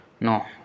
No